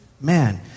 man